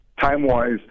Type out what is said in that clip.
Time-wise